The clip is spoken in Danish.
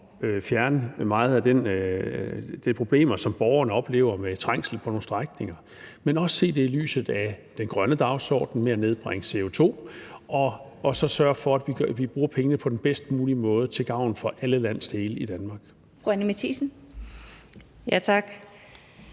at fjerne mange af de problemer, som borgerne oplever, med trængsel på nogle strækninger, dels for at se det i lyset af den grønne dagsorden om at nedbringe CO2 – og så sørge for, at vi bruger pengene på den bedst mulige måde til gavn for alle landsdele i Danmark?